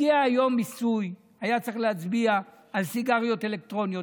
הגיע היום מיסוי של סיגריות אלקטרוניות,